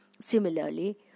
Similarly